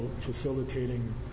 facilitating